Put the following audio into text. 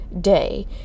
day